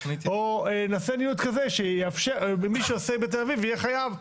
או מי שעושה בתל אביב יהיה חייב,